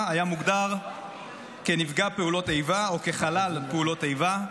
היה מוגדר כנפגע פעולות איבה או כחלל פעולות איבה,